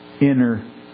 inner